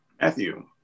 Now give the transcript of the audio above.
Matthew